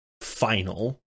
final